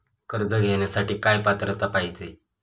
कर्ज घेण्यासाठी काय पात्रता पाहिजे?